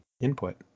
input